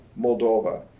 Moldova